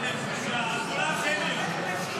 הצבעה שמית.